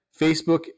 Facebook